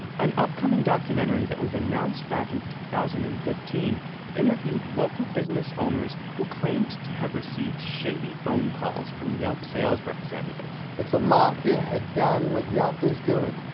an upcoming documentary that was announced back in two thousand and fifteen interviewed local business owners who claimed to have received shady phone calls from yelp sales representatives. if the mafia had done what yelp is doing,